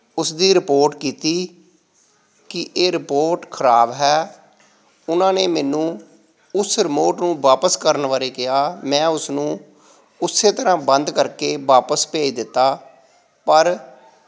ਉਸ ਦੀ ਰਿਪੋਰਟ ਕੀਤੀ ਕਿ ਇਹ ਰਿਪੋਰਟ ਖਰਾਬ ਹੈ ਉਨ੍ਹਾਂ ਨੇ ਮੈਨੂੰ ਉਸ ਰਿਮੋਟ ਨੂੰ ਵਾਪਸ ਕਰਨ ਬਾਰੇ ਕਿਹਾ ਮੈਂ ਉਸਨੂੰ ਉਸੇ ਤਰ੍ਹਾਂ ਬੰਦ ਕਰਕੇ ਵਾਪਸ ਭੇਜ ਦਿੱਤਾ ਪਰ